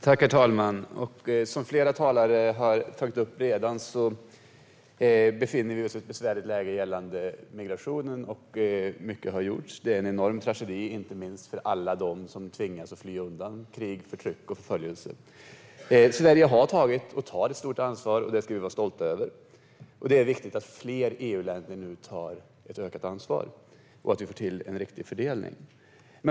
Herr talman! Som flera talare har tagit upp redan befinner vi oss i ett besvärligt läge gällande migrationen. Mycket har gjorts. Det är en enorm tragedi, inte minst för alla dem som tvingas fly undan krig, förtryck och förföljelse. Sverige har tagit och tar ett stort ansvar. Det ska vi vara stolta över. Det är viktigt att fler EU-länder nu tar ett ökat ansvar och att vi får till en riktig fördelning.